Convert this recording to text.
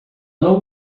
não